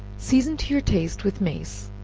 season to your taste with mace,